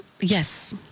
Yes